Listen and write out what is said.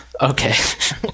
Okay